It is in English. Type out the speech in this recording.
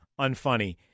unfunny